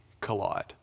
collide